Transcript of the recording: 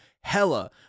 hella